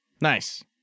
Nice